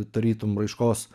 tarytum raiškos